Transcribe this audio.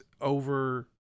over